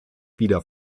wieder